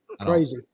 Crazy